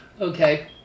Okay